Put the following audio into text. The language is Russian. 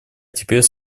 теперь